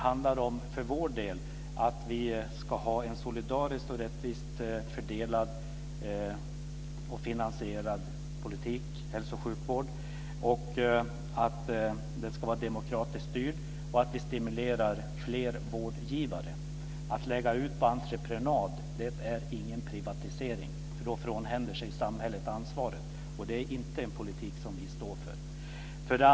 Vi för vår del vill ha en solidariskt och rättvist fördelad och finansierad hälsooch sjukvård. Den ska vara demokratiskt styrd. Vi bör stimulera fler vårdgivare. Att lägga ut verksamhet på entreprenad är ingen privatisering, för då frånhänder sig samhället ansvaret. Det är inte en politik som vi står för.